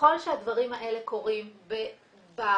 ככל שהדברים האלה קורים בבר